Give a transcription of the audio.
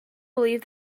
believed